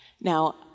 Now